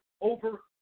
over